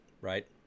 Right